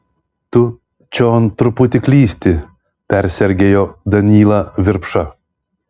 tu čion truputį klysti persergėjo danylą virpša